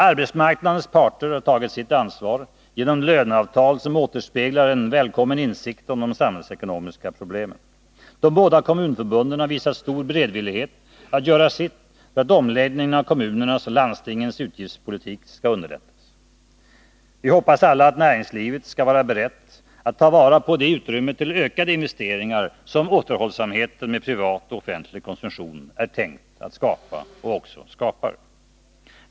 Arbetsmarknadens parter har tagit sitt ansvar genom löneavtal som återspeglar en välkommen insikt om de samhällsekonomiska problemen. De båda kommunförbunden har visat stor beredvillighet att göra sitt för att omläggningen av kommunernas och landstingens utgiftspolitik skall underlättas. Vi hoppas alla att näringslivet skall vara berett att ta vara på det utrymme till ökade investeringar som återhållsamheten med privat och offentlig konsumtion är tänkt att skapa och också skapar.